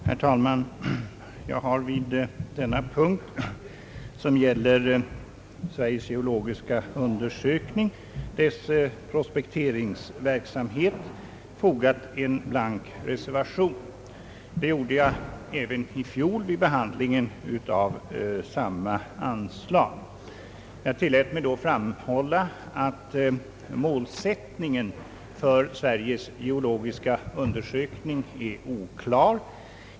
Herr talman! Jag har vid denna punkt, som gäller prospekteringsverksamheten vid Sveriges geologiska undersökning, fogat en blank reservation. Detta gjorde jag även i fjol vid behandlingen av samma anslag. Jag tillät mig då framhålla att målsättningen för Sveriges geologiska undersökning var oklar.